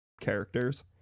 characters